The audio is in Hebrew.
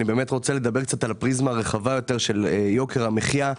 אני רוצה לדבר על הפריזמה הרחבה יותר של יוקר המחיה.